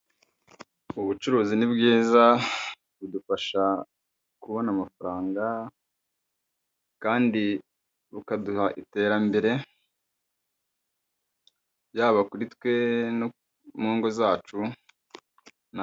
Ubucuruzi ni bwiza budufasha kubona amafaranga kandi bukaduha iterambere byaba kuri twe mu ngo zacu.